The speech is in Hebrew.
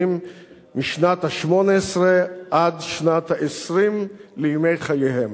משנת השמונה-עשרה עד שנת העשרים לימי חייהם,